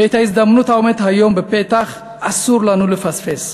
ואת ההזדמנות העומדת היום בפתח אסור לנו לפספס.